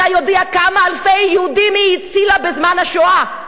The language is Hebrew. אתה יודע כמה אלפי יהודים היא הצילה בזמן השואה?